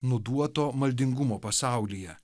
nuduoto maldingumo pasaulyje